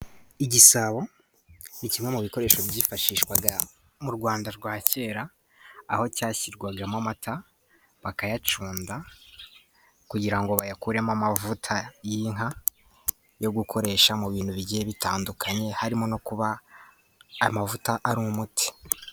Igisabo ni kimwe mu bikoresho byifashishwaga mu Rwanda rwa kera, aho cyashyirwagamo amata bakayacunda kugira ngo bayakuremo amavuta y'inka yo gukoresha mu bintu bigiye bitandukanye, harimo no kuba amavuta ari umuti.